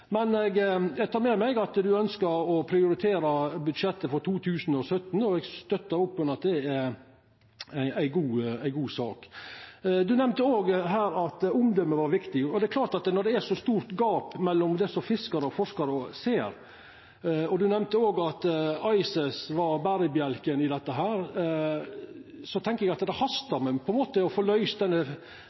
Men eg tek med meg at han ønskjer å prioritera budsjettet for 2017, og eg støttar opp under at det er ei god sak. Statsråden nemnde òg at omdømet var viktig. Det er klart at når det er eit så stort gap mellom det som fiskarar ser, og det som forskarar ser – og når han òg nemnde at ICES var berebjelken i dette – tenkjer eg at det hastar med å få løyst denne